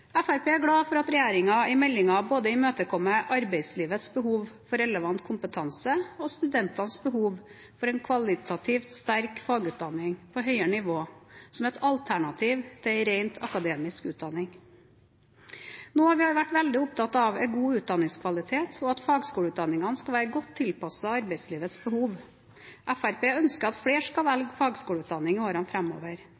er glad for at regjeringen i meldingen imøtekommer både arbeidslivets behov for relevant kompetanse og studentenes behov for en kvalitativt sterk fagutdanning på høyere nivå som et alternativ til en rent akademisk utdanning. Noe vi har vært veldig opptatt av, er god utdanningskvalitet, og at fagskoleutdanningene skal være godt tilpasset arbeidslivets behov. Fremskrittspartiet ønsker at flere skal